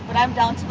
i'm down